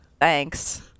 Thanks